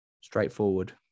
Straightforward